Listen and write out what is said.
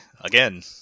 again